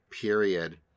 period